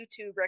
YouTube